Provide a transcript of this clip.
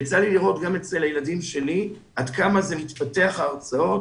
יצא לי לראות גם אצל הילדים שלי עד כמה זה מתפתח בהרצאות.